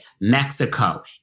Mexico